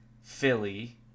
Philly